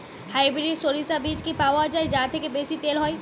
Hybrid শরিষা বীজ কি পাওয়া য়ায় যা থেকে বেশি তেল হয়?